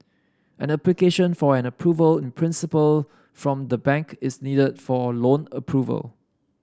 an application for an approval in principle from the bank is needed for loan approval